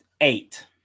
Eight